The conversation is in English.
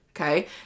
okay